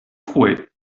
frue